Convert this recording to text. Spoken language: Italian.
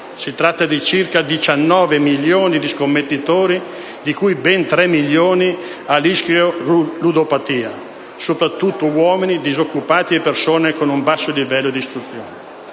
si tratta di circa 19 milioni di scommettitori, di cui ben tre milioni a rischio ludopatia, soprattutto uomini, disoccupati e persone con un basso livello di istruzione.